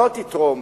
לא תתרום,